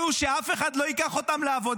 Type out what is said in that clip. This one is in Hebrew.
אלו שאף אחד לא ייקח לעבודה,